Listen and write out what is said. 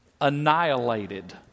annihilated